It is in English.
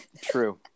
True